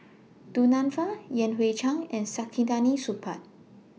Du Nanfa Yan Hui Chang and Saktiandi Supaat